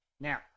Now